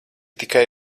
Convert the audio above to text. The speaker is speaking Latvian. tikai